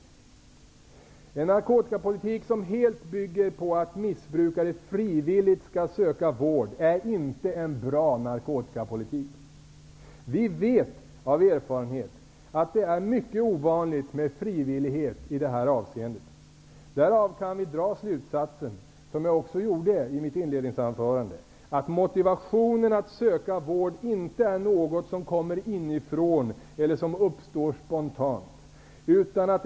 Den narkotikapolitik som helt bygger på att missbrukare frivilligt skall söka vård är inte en bra narkotikapolitik. Vi vet av erfarenhet att det är mycket ovanligt med frivillighet i det här avseendet. Därav kan vi dra slutsatsen, som jag också gjorde i mitt inledningsanförande, att motivationen att söka vård inte är något som kommer inifrån eller uppstår spontant.